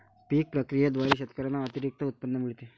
पीक प्रक्रियेद्वारे शेतकऱ्यांना अतिरिक्त उत्पन्न मिळते